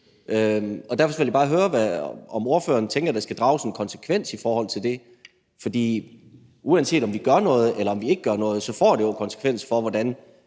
Derfor vil jeg bare høre, om ordføreren tænker, at der skal drages en konsekvens i forhold til det, fordi uanset om vi gør noget eller vi ikke gør noget, får det jo konsekvens for, hvordan